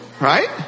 right